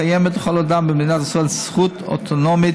קיימת לכל אדם במדינת ישראל זכות אוטונומית